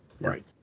right